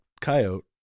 coyote